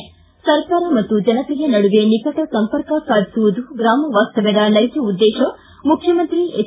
ಿ ಸರ್ಕಾರ ಮತ್ತು ಜನತೆಯ ನಡುವೆ ನಿಕಟ ಸಂಪರ್ಕ ಸಾಧಿಸುವುದು ಗ್ರಾಮವಾಸ್ತವ್ಯದ ನೈಜ ಉದ್ದೇಶ ಮುಖ್ಯಮಂತ್ರಿ ಹೆಚ್